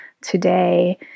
today